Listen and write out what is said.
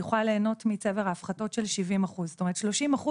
יוכל ליהנות מצבר הפחתות של 70%. זאת אומרת 30%